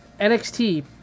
NXT